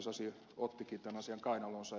sasi ottikin tämän asian kainaloonsa